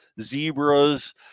zebras